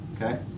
okay